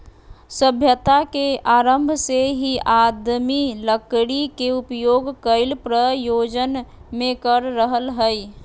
सभ्यता के आरम्भ से ही आदमी लकड़ी के उपयोग कई प्रयोजन मे कर रहल हई